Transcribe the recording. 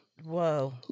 Whoa